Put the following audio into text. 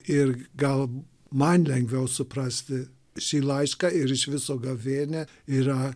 ir gal man lengviau suprasti šį laišką ir iš viso gavėnia yra